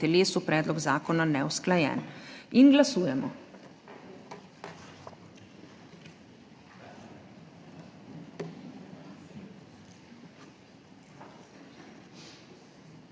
telesu, predlog zakona neusklajen. Glasujemo.